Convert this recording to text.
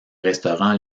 restaurants